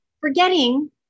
Forgetting